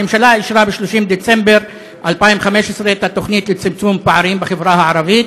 הממשלה אישרה ב-30 בדצמבר 2015 את התוכנית לצמצום פערים בחברה הערבית